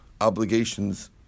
obligations